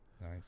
nice